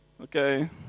Okay